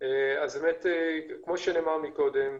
כמו שנאמר קודם,